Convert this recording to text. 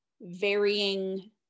varying